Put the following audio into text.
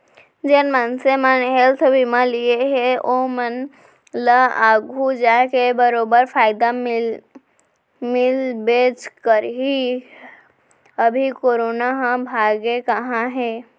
जेन मनसे मन हेल्थ बीमा लिये हें ओमन ल आघु जाके बरोबर फायदा मिलबेच करही, अभी करोना ह भागे कहॉं हे?